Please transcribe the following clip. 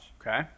Okay